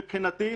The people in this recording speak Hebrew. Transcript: מבחינתי,